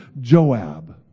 Joab